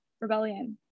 rebellion